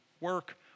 work